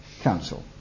Council